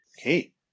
Okay